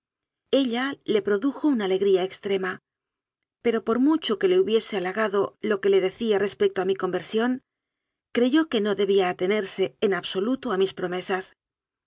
le produjo una alegría extrema pero por mucho que le hubiese halagado lo que le decía res pecto a mi conversión creyó que no debía atenerse en absoluto a mis promesas